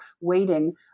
waiting